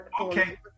Okay